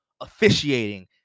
officiating